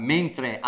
Mentre